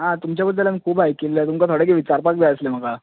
आ तुमच्या बद्दल हांवें खुब आयकल्ले तुमका थोडे कितें विचारपाक जाय आसलें म्हाका